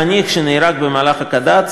חניך שנהרג במהלך קד"צ,